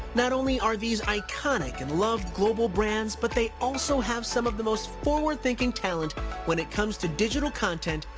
not only are these iconic and loved global brands but they also have some of the most forward thinking talent when it comes to digital content,